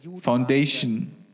foundation